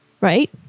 Right